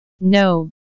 No